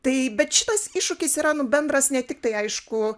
tai bet šitas iššūkis yra nu bendras ne tik tai aišku